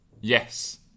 Yes